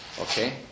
Okay